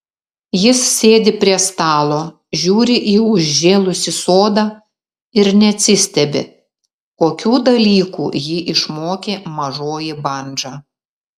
jis sėdi prie stalo žiūri į užžėlusį sodą ir neatsistebi kokių dalykų jį išmokė mažoji bandža